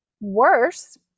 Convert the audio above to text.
worse